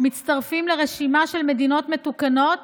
מצטרפים לרשימה של מדינות מתוקנות